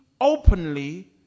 openly